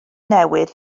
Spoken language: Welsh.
newydd